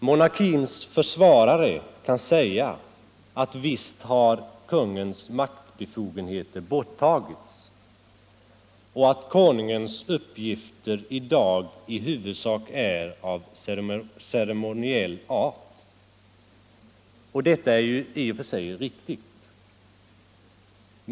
Monarkins försvarare kan säga att visst har konungens maktbefogenheter borttagits och att konungens uppgifter i dag i huvudsak är av ceremoniell art. Det är i och för sig riktigt.